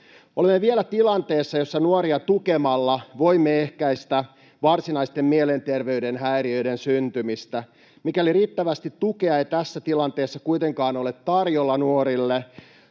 Olemme vielä tilanteessa, jossa nuoria tukemalla voimme ehkäistä varsinaisten mielenterveyden häiriöiden syntymistä. Mikäli riittävästi tukea ei tässä tilanteessa kuitenkaan ole tarjolla nuorille,